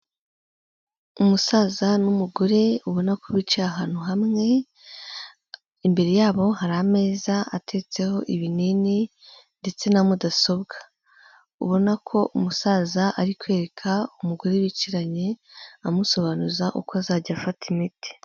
Umusaza n'umugore ubona ko bicaye ahantu hamwe, imbere yabo hari ameza ateretseho ibinini ndetse na mudasobwa, ubona ko umusaza ari kwereka umugore bicaranye amusobanuza uko azajya afata imiti.